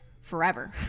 forever